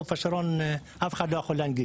בחוף השרון אף אחד לא יכול להנגיש,